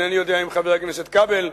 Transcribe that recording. אינני יודע אם חבר הכנסת כבל,